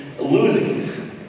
losing